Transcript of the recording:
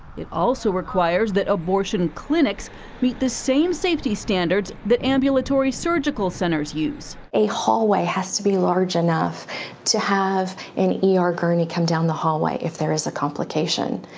it also requires that abortion clinics meet the same safety standards that ambulatory surgical centers use. a hallway has to be large enough to have an e r. gurney come down the hallway if there is a complication.